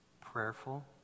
prayerful